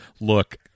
look